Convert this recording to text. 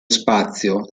spazio